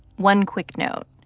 one quick note.